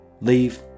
leave